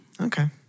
Okay